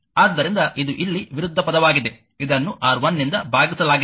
ಆದ್ದರಿಂದ ಇದು ಇಲ್ಲಿ ವಿರುದ್ಧ ಪದವಾಗಿದೆ ಇದನ್ನು R1 ನಿಂದ ಭಾಗಿಸಲಾಗಿದೆ